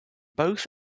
both